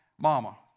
Mama